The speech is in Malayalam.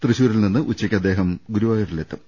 തൃശൂരിൽ നിന്ന് ഉച്ചയ്ക്ക് അദ്ദേഹം ഗുരുവായൂരിലെത്തും